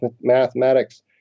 mathematics